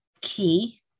key